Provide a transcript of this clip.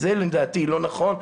לדעתי זה לא נכון,